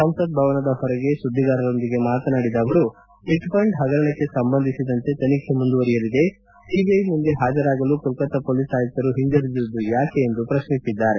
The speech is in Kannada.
ಸಂಸತ್ ಭವನದ ಹೊರಗೆ ಸುಧ್ಗಿಗಾರರೊಂದಿಗೆ ಮಾತನಾಡಿದ ಅವರು ಚಿಟ್ಫಂಡ್ ಹಗರಣಕ್ಕೆ ಸಂಬಂಧಿಸಿದಂತೆ ತನಿಖೆ ಮುಂದುವರಿಯಲಿದೆ ಸಿಬಿಐ ಮುಂದೆ ಹಾಜರಾಗಲು ಕೋಲ್ಕತ್ತಾ ಪೊಲೀಸ್ ಆಯುಕ್ತರು ಹಿಂಜರಿದಿದ್ದುದು ಯಾಕೆ ಎಂದು ಪ್ರಶ್ನಿಸಿದ್ದಾರೆ